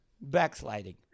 backsliding